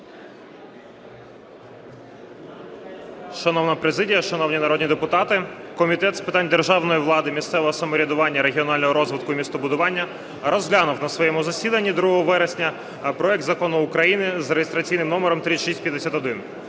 Шановна президія, шановні народні депутати! Комітет з питань державної влади, місцевого самоврядування, регіонального розвитку та містобудування розглянув на своєму засіданні 2 вересня проект Закону України за реєстраційним номером 3651.